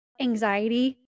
anxiety